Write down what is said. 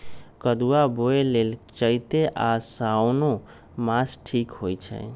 कदुआ बोए लेल चइत आ साओन मास ठीक होई छइ